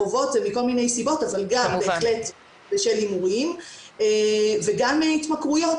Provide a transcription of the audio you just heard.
חובות זה מכל מיני סיבות אבל גם בהחלט בשל הימורים וגם התמכרויות,